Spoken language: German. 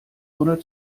oder